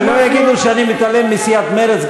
שלא יגידו שאני מתעלם מסיעת מרצ,